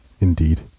Indeed